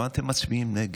למה אתם מצביעים נגד?